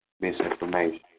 misinformation